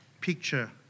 picture